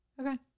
Okay